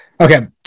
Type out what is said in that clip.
Okay